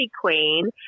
queen